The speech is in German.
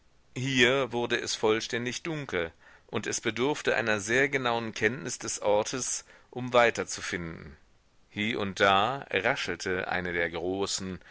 hier wurde es vollständig dunkel und es bedurfte einer sehr genauen kenntnis des ortes um weiterzufinden hie und da raschelte eine der großen